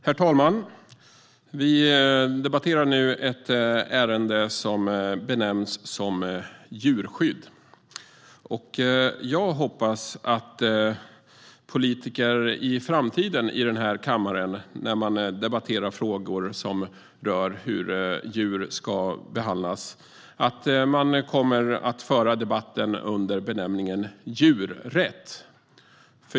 Herr talman! Vi debatterar nu ett ärende som benämns djurskydd. Jag hoppas att politiker i den här kammaren i framtiden när de debatterar frågor som rör hur djur ska behandlas kommer att föra debatten under benämningen djurrätt.